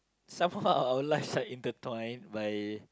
somehow our lives are intertwined by